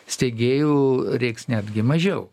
steigėjų reiks netgi mažiau